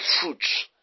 fruits